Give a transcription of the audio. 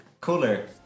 Cooler